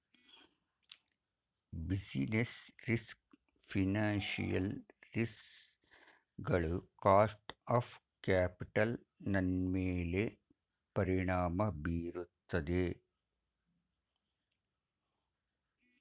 business risk financial risk ಗಳು cost of capital ನನ್ಮೇಲೆ ಪರಿಣಾಮ ಬೀರುತ್ತದೆ